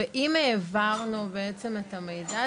באם העברנו בעצם את המידע,